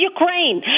Ukraine